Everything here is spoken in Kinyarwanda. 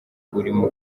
urimo